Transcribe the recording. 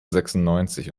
sechsundneunzig